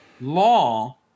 law